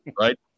Right